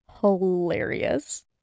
hilarious